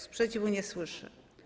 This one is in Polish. Sprzeciwu nie słyszę.